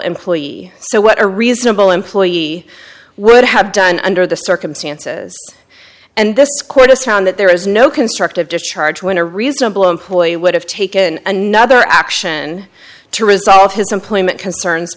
employee so what a reasonable employee would have done under the circumstances and this court has found that there is no constructive discharge when a reasonable employee would have taken another action to resolve his employment concerns